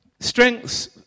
strengths